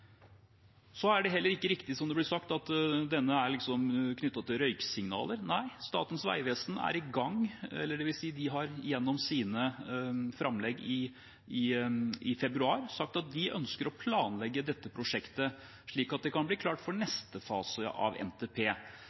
Så er det heller ikke riktig, som det ble sagt, at dette er knyttet til røyksignaler. Nei, Statens vegvesen er i gang, dvs. at de gjennom sine framlegg i februar har sagt at de ønsker å planlegge dette prosjektet, slik at det kan bli klart for neste fase av NTP.